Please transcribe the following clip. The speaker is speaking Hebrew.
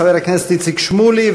חבר הכנסת איציק שמולי,